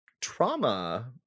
trauma